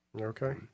Okay